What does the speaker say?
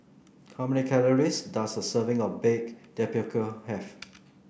how many calories does a serving of Baked Tapioca have